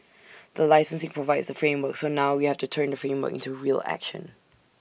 the licensing provides the framework so now we have to turn the framework into real action